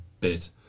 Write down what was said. bit